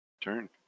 Turn